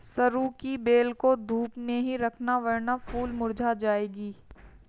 सरू की बेल को धूप में ही रखना वरना फूल मुरझा जाएगी